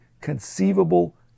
conceivable